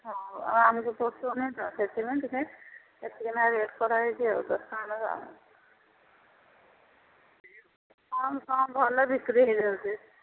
ହଁ ଆଉ ଆମକୁ ପୋଶୋଉ ନେହିଁ ତ ସେଥିପାଇଁ ଟିକେ ଏତିକି ନାଖା ରେଟ୍ କରାହୋଇଛି ଆଉ ଦଶ ଟଙ୍କା ନେଖା ହଁ ହଁ ଭଲ ବିକ୍ରି ହୋଇଯାଉଛି